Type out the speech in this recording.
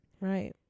right